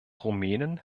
rumänen